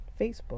Facebook